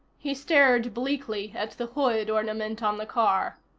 he stared bleakly at the hood ornament on the car.